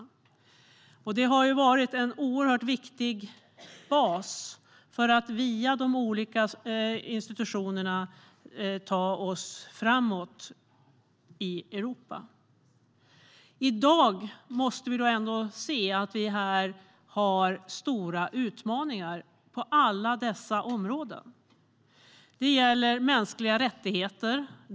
Detta har varit en oerhört viktig bas för att via de olika institutionerna ta oss framåt i Europa. I dag måste vi ändå se att vi har stora utmaningar på alla dessa områden. Det gäller exempelvis mänskliga rättigheter.